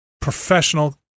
professional